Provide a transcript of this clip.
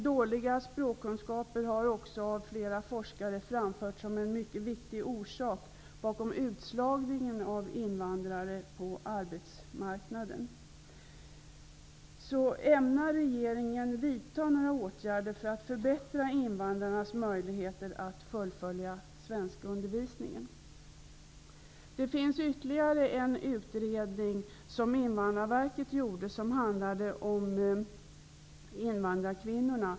Dåliga språkkunskaper har också av flera forskare framförts som en mycket viktig orsak bakom utslagningen av invandrare på arbetsmarknaden. Ämnar regeringen vidta några åtgärder för att förbättra invandrarnas möjligheter att fullfölja svenskundervisningen? Det finns ytterligare en utredning, som Invandrarverket har gjort och som handlar om invandrarkvinnorna.